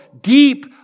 deep